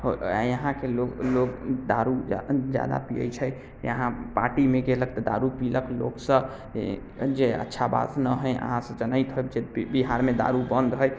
इहाँके लोक लोक दारू जा जादा पियै छै इहाँ पार्टीमे कयलक तऽ दारू पिलक लोक सभ जे अच्छा बात नहि हय अहाँ सभ जनैत हैब जे बिहारमे दारू बन्द हय